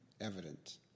evident